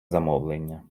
замовлення